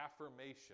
affirmation